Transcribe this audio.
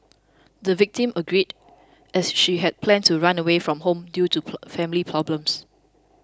the victim agreed as she had planned to run away from home due to family problems